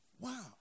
Wow